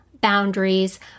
boundaries